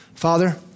Father